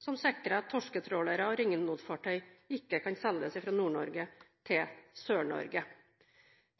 som sikrer at torsketrålere og ringnotfartøy ikke kan selges fra Nord-Norge til Sør-Norge.